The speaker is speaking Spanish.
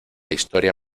historia